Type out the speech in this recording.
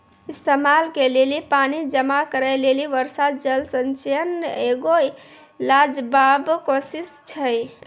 इस्तेमाल के लेली पानी जमा करै लेली वर्षा जल संचयन एगो लाजबाब कोशिश छै